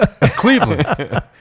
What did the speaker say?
Cleveland